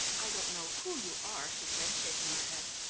i don't know who you are, she said, shaking her head,